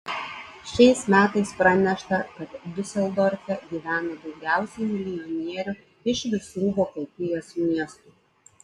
šiais metais pranešta kad diuseldorfe gyvena daugiausiai milijonierių iš visų vokietijos miestų